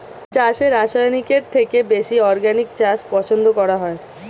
চাষে রাসায়নিকের থেকে বেশি অর্গানিক চাষ পছন্দ করা হয়